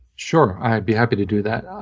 sure. i'd be happy to do that.